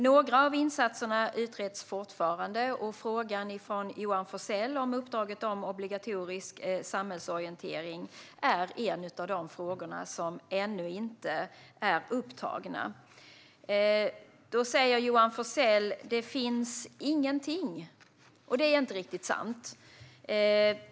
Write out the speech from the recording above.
Några av insatserna utreds fortfarande, och frågan som Johan Forssell tar upp om uppdraget om obligatorisk samhällsorientering är en av de frågor som ännu inte är upptagna. Det finns ingenting, säger Johan Forssell. Det är inte riktigt sant.